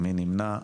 מי נמנע?